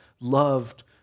loved